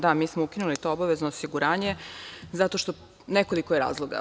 Da, mi smo ukinuli to obavezno osiguranje iz nekoliko razloga.